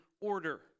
order